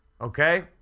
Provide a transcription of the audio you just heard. Okay